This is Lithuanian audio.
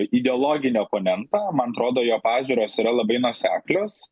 ideologinį oponentą man atrodo jo pažiūros yra labai nuoseklios